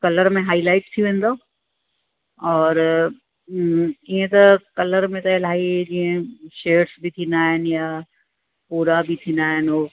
colour में highlight थी वेंदो और इअं त कलर में त इलाही जीअं शेडस बि थींदा आहिनि या पूरा बि थींदा आहिनि ओ